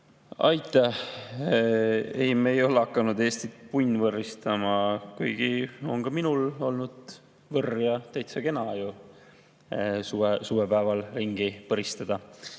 Aitäh! Ei, me ei ole hakanud Eestit punnvõrristama. Kuigi on ka minul olnud võrr ja täitsa kena on ju suvepäeval ringi põristada.